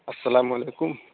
السلام علیکم